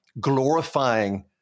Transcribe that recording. glorifying